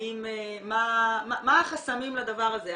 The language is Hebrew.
מה החסמים לדבר הזה,